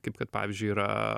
kaip kad pavyzdžiui yra